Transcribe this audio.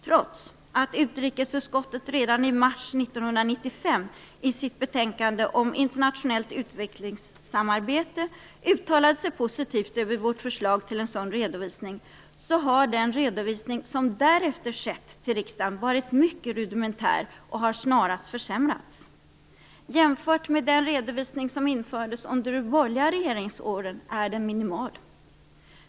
Trots att utrikesutskottet redan i mars 1995 i sitt betänkande om internationellt utvecklingssamarbete uttalade sig positivt om vårt förslag till en sådan redovisning, har den redovisning som därefter skett till riksdagen varit mycket rudimentär. Den har snarast försämrats. Jämfört med den redovisning som infördes under de borgerliga regeringsåren är den minimal.